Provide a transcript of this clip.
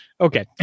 Okay